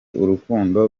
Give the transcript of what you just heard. urukundo